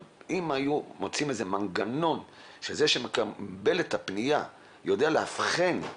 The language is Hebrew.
אם היו מוצאים איזה מנגנון שזה שמקבל את הפנייה יודע לאבחן,